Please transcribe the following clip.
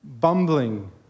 bumbling